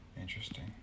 Interesting